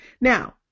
Now